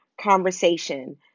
conversation